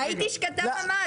הייתי שקטה ממש.